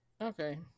Okay